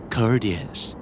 Courteous